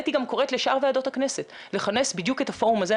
היא גם קוראת לשאר ועדות הכנסת לכנס בדיוק את הפורום הזה,